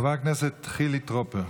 חבר הכנסת חילי טרופר.